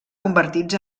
convertits